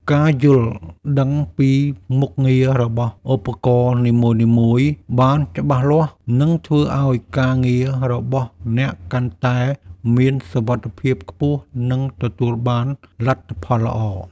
ការយល់ដឹងពីមុខងាររបស់ឧបករណ៍នីមួយៗបានច្បាស់លាស់ នឹងធ្វើឱ្យការងាររបស់អ្នកកាន់តែមានសុវត្ថិភាពខ្ពស់ និងទទួលបានលទ្ធផលល្អ។